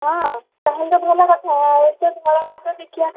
ହଁ ତା'ହେଲେ ତ ଭଲ କଥା ଆଉ ଏତେ ଧଳା ବାଘ ଦେଖିବାକୁ ମିଳେ